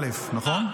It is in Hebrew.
א', נכון?